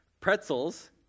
Pretzels